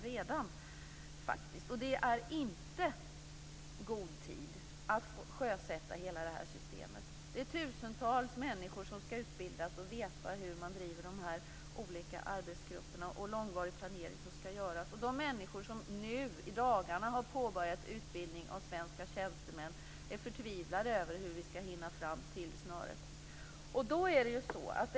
Det är inte god tid när det gäller att sjösätta hela detta system. Det är tusentals människor som skall utbildas och veta hur man driver de olika arbetsgrupperna. Långvarig planering skall göras. De människor som nu i dagarna har påbörjat utbildning av svenska tjänstemän förtvivlar över om vi skall hinna fram till snöret.